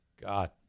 God